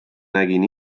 nägin